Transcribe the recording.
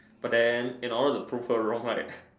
but then in order to prove her wrong right